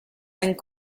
and